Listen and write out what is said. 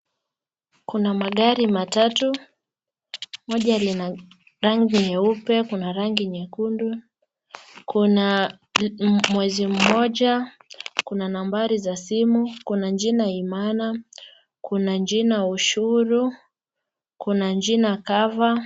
Kuna magari matatu moja lina rangi nyeupe, kuna rangi nyekundu, kuna mwezi mmoja, kuna nambari za simu, kuna jina Imara, kuna jina Ushuru, kuna jina Cover.